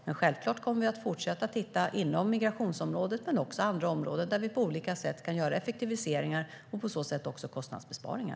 Man självklart kommer vi fortsätta att inom migrationsområdet och andra områden titta på hur vi på olika sätt kan göra effektiviseringar och kostnadsbesparingar.